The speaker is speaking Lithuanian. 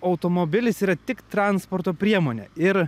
automobilis yra tik transporto priemonė ir